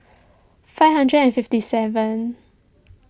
five hundred and fifty seven